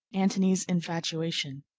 antony's infatuation